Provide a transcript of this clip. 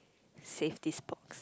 save this box